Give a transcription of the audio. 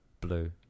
Blue